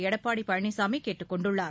எடப்பாடி பழனிசாமி கேட்டுக் கொண்டுள்ளார்